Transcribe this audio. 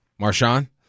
Marshawn